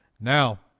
now